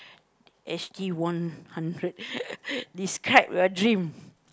Ashley won hundred describe your dream